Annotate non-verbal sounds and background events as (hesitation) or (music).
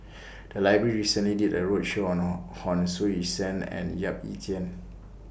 The Library recently did A roadshow on (hesitation) Hon Sui Sen and Yap Ee Chian